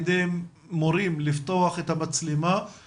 אם אנחנו מדברים על שותפות של תלמידים בקבלת ההחלטות אז איתי,